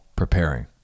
Preparing